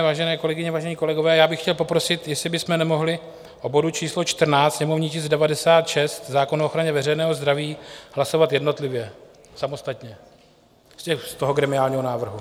Vážené kolegyně, vážení kolegové, já bych chtěl poprosit, jestli bychom nemohli o bodu číslo 14, sněmovní tisk 96, zákona o ochraně veřejného zdraví, hlasovat jednotlivě, samostatně, z toho gremiálního návrhu.